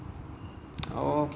oh okay